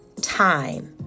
time